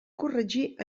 corregir